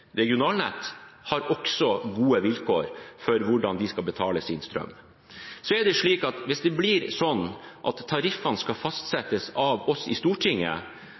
regionalnett, har også gode vilkår for hvordan de skal betale sin strøm. Hvis det blir sånn at tariffene skal fastsettes av oss i Stortinget,